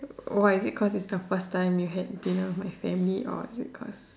why is it cause it's the first time you had dinner with my family or is it cause